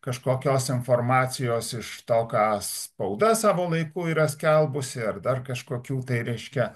kažkokios informacijos iš to ką spauda savo laiku yra skelbusi ar dar kažkokių tai reiškia